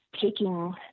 taking